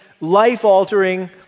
life-altering